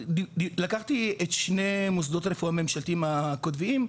לקחתי את שני מוסדות הרפואה הממשלתיים הקוטביים,